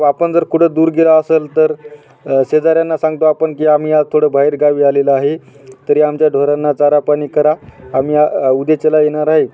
आपण जर कुठं दूर गेला असेल तर शेजाऱ्यांना सांगतो आपण की आम्ही आज थोडं बाहेरगावी आलेलो आहे तरी आमच्या ढोरांना चारा पाणी करा आम्ही उद्याच्याला येणार आहे